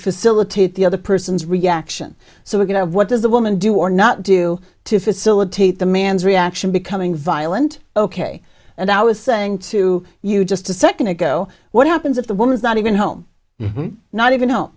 facilitate the other person's reaction so we can have what does a woman do or not do to facilitate the man's reaction becoming violent ok and i was saying to you just a second ago what happens if the woman is not even home not even